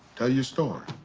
tell your story.